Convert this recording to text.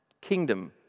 kingdom